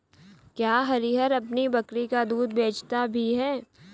क्या हरिहर अपनी बकरी का दूध बेचता भी है?